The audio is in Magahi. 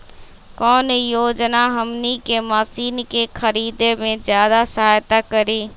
कौन योजना हमनी के मशीन के खरीद में ज्यादा सहायता करी?